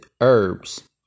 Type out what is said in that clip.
herbs